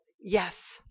Yes